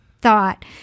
thought